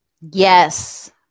Yes